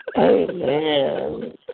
Amen